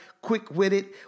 quick-witted